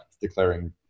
declaring